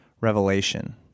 revelation